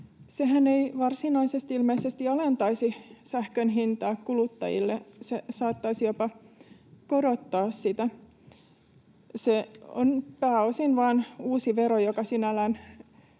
Sehän ei varsinaisesti ilmeisesti alentaisi sähkön hintaa kuluttajille. Se saattaisi jopa korottaa sitä. Se on pääosin vain uusi vero, joka sinällään